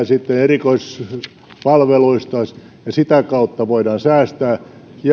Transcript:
sitten erikoispalveluista ja sitä kautta voidaan säästää